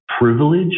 privilege